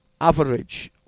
average